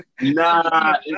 nah